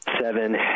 seven